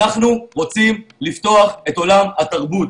אנחנו רוצים לפתוח את עולם התרבות.